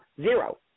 zero